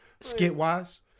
Skit-wise